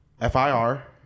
F-I-R